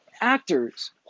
actors